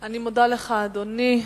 אני מודה לך, אדוני.